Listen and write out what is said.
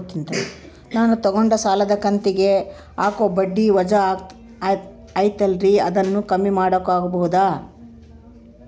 ನಾನು ತಗೊಂಡ ಸಾಲದ ಕಂತಿಗೆ ಹಾಕೋ ಬಡ್ಡಿ ವಜಾ ಐತಲ್ರಿ ಅದನ್ನ ಕಮ್ಮಿ ಮಾಡಕೋಬಹುದಾ?